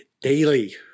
daily